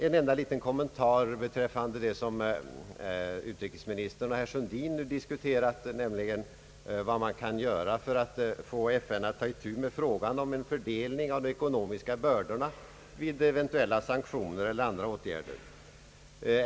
En enda liten kommentar beträffande det som utrikesministern och herr Sundin diskuterat, nämligen vad man kan göra för att få FN att ta itu med frågan om en fördelning av de ekonomiska bördorna vid eventuella sanktioner eller andra åtgärder.